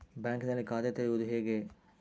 ಬ್ಯಾಂಕಿನಲ್ಲಿ ಖಾತೆ ತೆರೆಯುವುದು ಹೇಗೆ?